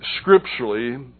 scripturally